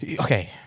Okay